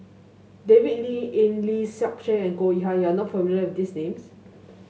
David Lee Eng Lee Seok Chee and Goh Yihan you are not familiar with these names